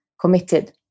committed